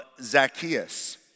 Zacchaeus